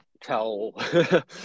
tell